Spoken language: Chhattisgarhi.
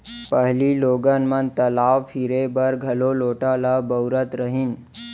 पहिली लोगन मन तलाव फिरे बर घलौ लोटा ल बउरत रहिन